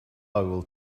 will